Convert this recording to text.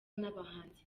n’abahanzi